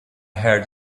heard